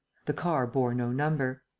the car bore no number.